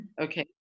Okay